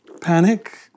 panic